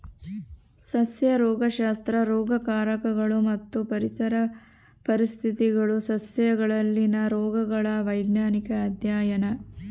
ಸಸ್ಯ ರೋಗಶಾಸ್ತ್ರ ರೋಗಕಾರಕಗಳು ಮತ್ತು ಪರಿಸರ ಪರಿಸ್ಥಿತಿಗುಳು ಸಸ್ಯಗಳಲ್ಲಿನ ರೋಗಗಳ ವೈಜ್ಞಾನಿಕ ಅಧ್ಯಯನ